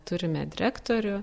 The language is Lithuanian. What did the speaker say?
turime direktorių